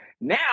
now